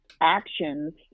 actions